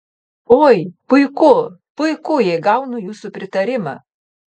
oi puiku puiku jei gaunu jūsų pritarimą